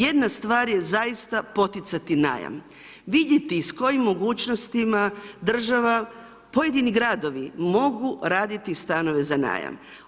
Jedna star je zaista poticati najam, vidjeti s kojim mogućnostima država, pojedini gradovi mogu raditi stanove za najam.